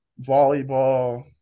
volleyball